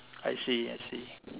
I see I see